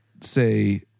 say